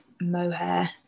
mohair